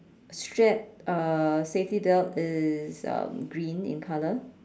strap uh safety belt is um green in colour